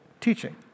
teaching